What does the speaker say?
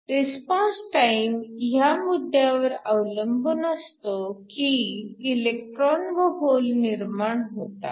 response time ह्या मुद्द्यावर अवलंबून असतो की इलेक्ट्रॉन व होल निर्माण होतात